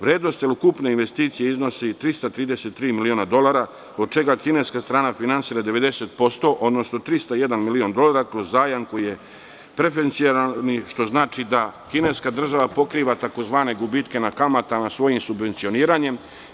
Vrednost celokupne investicije iznosi 333 miliona dolara, od čega kineska strana finansira 90%, odnosno 301 milion dolara kroz zajam koji je preferencijalni, što znači da kineska država pokriva tzv. gubitke na kamatama svojim subvencioniranjem.